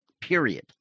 Period